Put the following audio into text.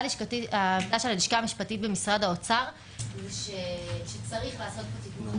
העמדה של הלשכה המשפטית במשרד האוצר היא שצריך לעשות תיקון חקיקה.